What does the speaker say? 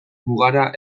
mugara